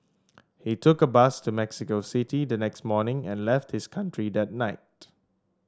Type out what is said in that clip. he took a bus to Mexico City the next morning and left his country that night